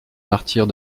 martyrs